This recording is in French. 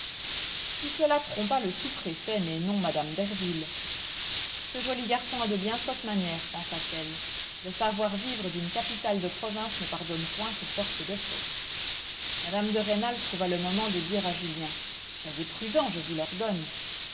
tout cela trompa le sous-préfet mais non mme derville ce joli garçon a de bien sottes manières pensa-t-elle le savoir-vivre d'une capitale de province ne pardonne point ces sortes de fautes mme de rênal trouva le moment de dire à julien soyez prudent je vous l'ordonne